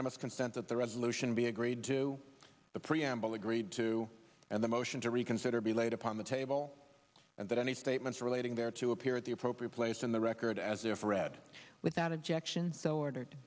consent that the resolution be agreed to the preamble agreed to and the motion to reconsider be laid upon the table and that any statements relating there to appear at the appropriate place in the record as if read without objection so ordered